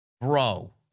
bro